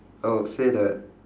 I would say that